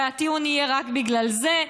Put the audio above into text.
והטיעון יהיה רק בגלל זה.